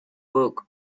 book